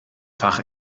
fach